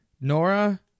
Nora